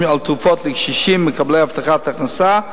על תרופות לקשישים מקבלי הבטחת הכנסה,